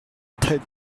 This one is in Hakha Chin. theih